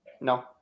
No